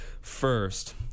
first